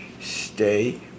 Stay